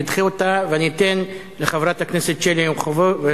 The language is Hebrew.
אני אדחה אותה ואני אתן לחברת הכנסת שלי יחימוביץ,